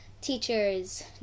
teachers